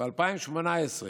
ב-2018,